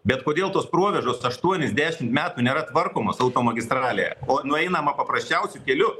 bet kodėl tos pruovėžos aštuonis dešimt metų nėra tvarkomos automagistralėje o nueinama paprasčiausiu keliu